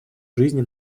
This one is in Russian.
жизни